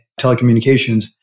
telecommunications